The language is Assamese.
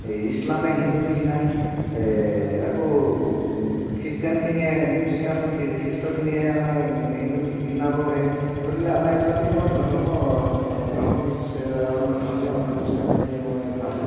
এই ইছলামে হিন্দুক ঘিণাই আকৌ খ্ৰীষ্টানখিনিয়ে খ্ৰীষ্টান খ্ৰীষ্টখিনিয়ে আমাৰ হিন্দুখিনিক ঘিণাব হেৰি হ'ব গতিকেলৈ আমাৰ এইবিলাকেই মই ধৰ্ম ধৰ্ম বিশ্বাস ধৰ্মীয় অন্ধবিশ্বাস বুলিয়েই মই ভাবোঁ